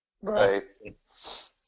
Right